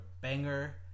banger